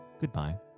goodbye